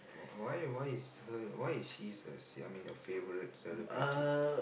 wh~ why why is her why is she's a I mean your favourite celebrity